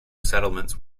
settlements